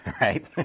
right